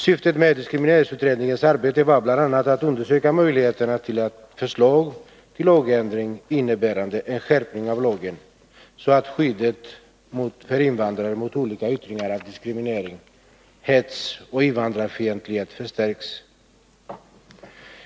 Syftet med diskrimineringsutredningens arbete var bl.a. att undersöka möjligheterna att föreslå en lagändring, innebärande en skärpning av lagen, så att skyddet för invandrare mot olika yttringar av diskriminering, hets och invandrarfientlighet förstärks.